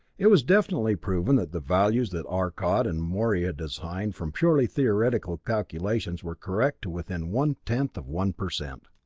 it was definitely proven that the values that arcot and morey had assigned from purely theoretical calculations were correct to within one-tenth of one percent.